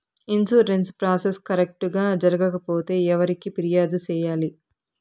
insurance process correct గా జరగకపోతే ఎవరికి ఫిర్యాదు సేయాలి